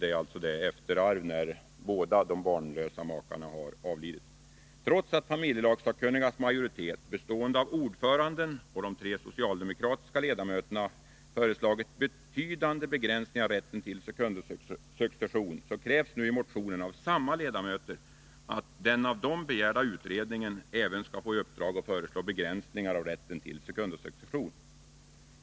Det är fråga om efterarv när båda de barnlösa makarna har avlidit. Trots att familjelagssakkunnigas majoritet bestående av ordföranden och de tre socialdemokratiska ledamöterna föreslagit betydande begränsningar i rätten till sekundosuccession krävs nu i motionen av samma ledamöter att den av dem begärda utredningen även skall få i uppdrag att föreslå begränsningar av rätten till sekundosuccession.